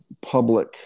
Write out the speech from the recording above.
public